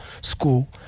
school